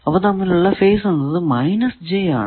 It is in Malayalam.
അവ തമ്മിലുള്ള ഫേസ് എന്നത് j ആണ്